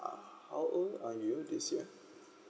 how old are you this year